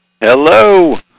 Hello